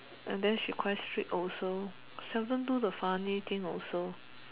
and then she quite strict also seldom do the funny thing also